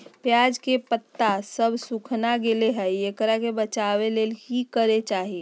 प्याज के पत्ता सब सुखना गेलै हैं, एकरा से बचाबे ले की करेके चाही?